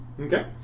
Okay